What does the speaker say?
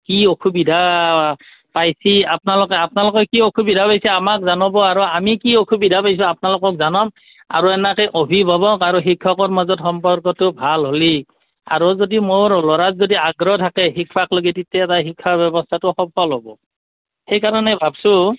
কি অসুবিধা পাইছে আপোনালোকে আপোনালোকে কি অসুবিধা পাইছে আমাক জনাব আৰু আমি কি অসুবিধা পাইছোঁ আপোনালোকক জনাম আৰু সেনেকেই অভিভাৱক আৰু শিক্ষকৰ মাজত সম্পৰ্কটো ভাল হ'লেই আৰু যদি মোৰ ল'ৰাক যদি আগ্ৰহ থাকে তেতিয়া শিক্ষাৰ ব্যৱস্থাটো সফল হ'ব সেইকাৰণে ভাবিছোঁ